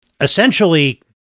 essentially